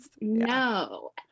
no